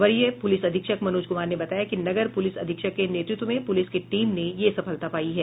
वरीय पुलिस अधीक्षक मनोज कुमार ने बताया कि नगर पुलिस अधीक्षक के नेतृत्व में पुलिस की टीम ने यह सफलता पाई है